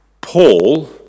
Paul